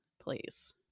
Please